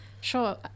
Sure